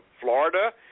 Florida